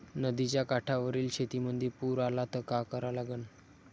नदीच्या काठावरील शेतीमंदी पूर आला त का करा लागन?